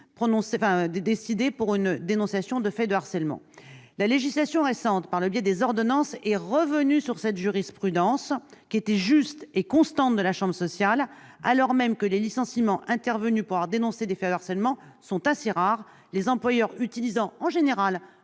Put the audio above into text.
d'une victime de faits de harcèlement. La législation récente, par le biais des ordonnances, est revenue sur cette jurisprudence, juste et constante, de la chambre sociale de la Cour de cassation, alors même que les licenciements intervenus pour avoir dénoncé des faits de harcèlement sont assez rares, les employeurs utilisant, en général,